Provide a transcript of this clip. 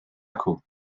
acw